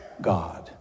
God